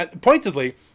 pointedly